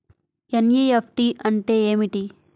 NEFT అంటే ఏమిటీ?